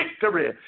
victory